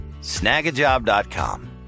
snagajob.com